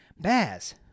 Baz